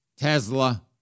Tesla